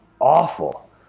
awful